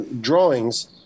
drawings